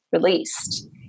released